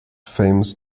famous